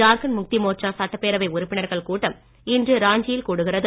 ஜார்க்கண்ட் முக்தி மோர்ச்சா சட்டப்பேரவை உறுப்பினர்கள் கூட்டம் இன்று ராஞ்சியில் கூடுகிறது